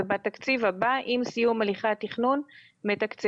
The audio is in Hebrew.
ובתקציב הבא עם סיום הליכי התכנון מתקצבים